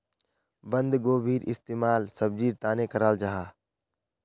बन्द्गोभीर इस्तेमाल सब्जिर तने कराल जाहा